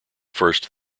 first